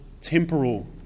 temporal